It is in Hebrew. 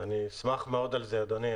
אני אשמח מאוד על זה, אדוני.